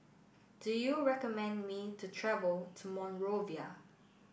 do you recommend me to travel to Monrovia